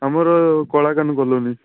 ଆମର କଳାକାହ୍ନୁ କଲୋନୀ